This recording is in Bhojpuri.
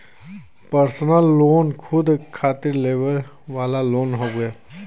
पर्सनल लोन खुद खातिर लेवे वाला लोन हउवे